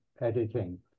editing